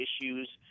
issues